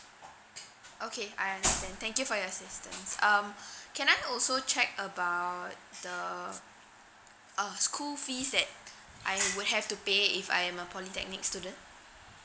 okay I understand thank you for your assistance um can I also check about the uh school fees that I would have to pay if I'm a polytechnic student